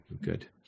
good